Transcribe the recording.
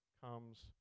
comes